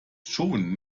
schon